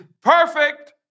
perfect